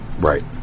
right